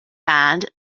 band